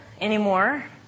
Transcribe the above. anymore